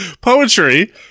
Poetry